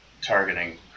targeting